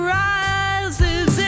rises